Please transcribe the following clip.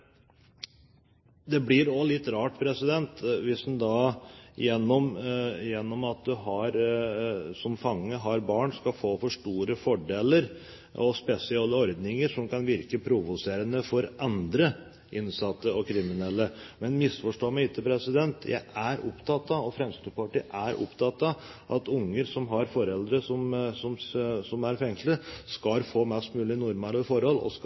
Det blir også litt rart hvis en fange som har barn, skal få for store fordeler og spesielle ordninger som kan virke provoserende på andre innsatte og kriminelle. Men misforstå meg ikke, jeg er opptatt av – og Fremskrittspartiet er opptatt av – at barn som har foreldre som er fengslet, skal få mest mulig normale forhold, og